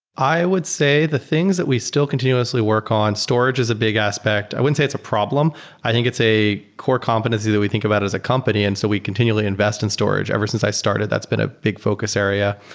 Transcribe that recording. i i would say the things that we still continuously work on, storage is a big aspect. i wouldn't say it's a problem. i think it's a core competency that we think about as a company, and so we continually invest in storage. ever since i started, that's been a big focus area.